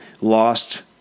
lost